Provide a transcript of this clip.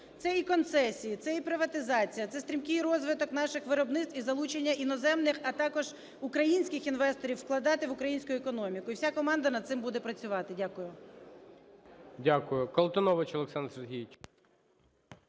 Це і концесії, це і приватизація, це стрімкий розвиток наших виробництв і залучення іноземних, а також українських інвесторів вкладати в українську економіку. І вся команда над цим буде працювати. Дякую.